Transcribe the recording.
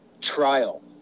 trial